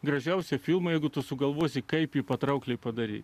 gražiausią filmą jeigu tu sugalvosi kaip patraukliai padaryti